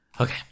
Okay